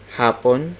hapon